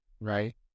right